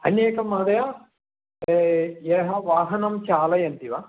अन्यत् एकं महोदय ते यः वाहनं चालयन्ति वा